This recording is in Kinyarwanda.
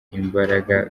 imbaraga